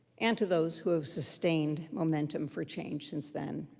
and to those who have sustained momentum for change since then.